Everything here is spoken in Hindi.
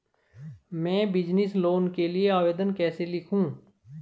मैं बिज़नेस लोन के लिए आवेदन कैसे लिखूँ?